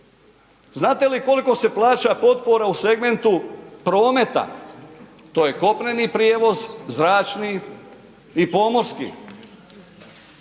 Znate li koliko se plaća potpora u segmentu prometa? To je kopneni prijevoz, zračni i pomorski.